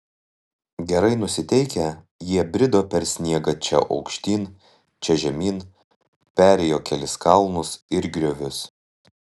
gerai nusiteikę jie brido per sniegą čia aukštyn čia žemyn perėjo kelis kalnus ir griovius